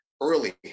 early